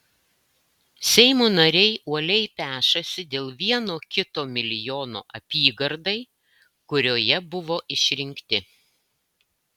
seimo nariai uoliai pešasi dėl vieno kito milijono apygardai kurioje buvo išrinkti